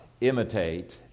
imitate